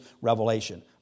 revelation